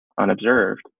unobserved